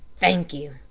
thank you,